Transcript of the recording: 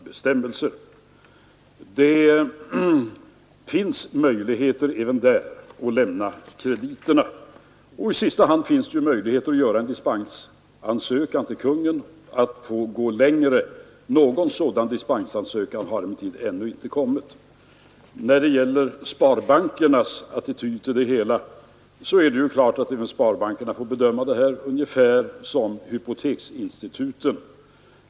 I sista hand kan man göra en ansökan hos Kungl. ven där finns alltså möjligheter Maj:t om dispens att få gå längre. Någon sådan dispensansökan har emellertid ännu inte kommit. När det gäller sparbankernas attityd är det klart att de får bedöma saken ungefär som hypoteksinstituten.